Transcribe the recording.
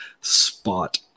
spot